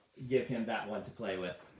give him that one to play with.